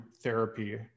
therapy